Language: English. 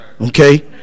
Okay